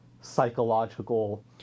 psychological